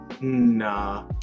Nah